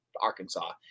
Arkansas